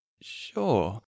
Sure